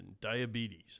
diabetes